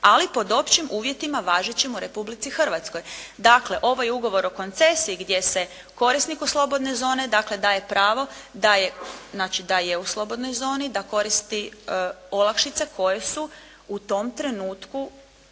ali pod općim uvjetima važećim u Republici Hrvatskoj.» Dakle ovaj ugovor o koncesiji gdje se korisniku slobodne zone dakle daje pravo, da je znači da je u slobodnoj zoni, da koristi olakšice koje su u tom trenutku